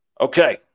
Okay